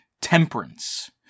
temperance